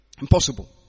Impossible